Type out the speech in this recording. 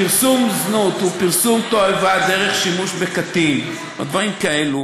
פרסום זנות ופרסום תועבה דרך שימוש בקטין או דברים כאלה,